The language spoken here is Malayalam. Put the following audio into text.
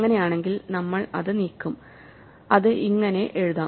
അങ്ങനെയാണെങ്കിൽ നമ്മൾ അത് നീക്കും അത് ഇങ്ങനെ എഴുതാം